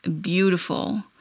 beautiful